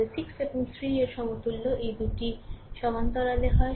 তবে 6 এবং 3 এর সমতুল্য এই দুটি সমান্তরালে হয়